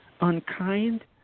unkind